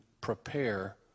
prepare